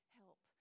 help